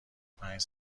پنج